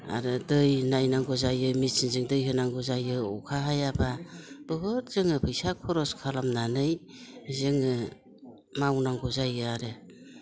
आरो दै नायनांगौ जायो मेचिनजों दै होनांगौ जायो अखा हायाब्ला बहुद जोङो फैसा खरस खालामनानै जोङो मावनांगौ जायो आरो